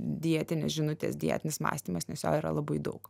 dietinės žinutės dietinis mąstymas nes jo yra labai daug